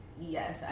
yes